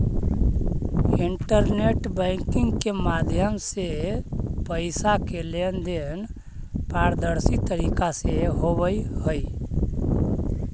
internet banking के माध्यम से पैइसा के लेन देन पारदर्शी तरीका से होवऽ हइ